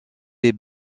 les